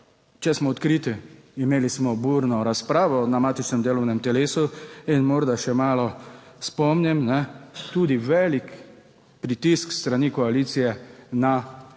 če smo odkriti, imeli smo burno razpravo na matičnem delovnem telesu. In morda še malo spomnim. Tudi velik pritisk s strani koalicije na